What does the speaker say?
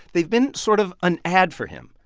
they've been sort of an ad for him.